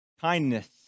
Kindness